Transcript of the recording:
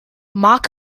marc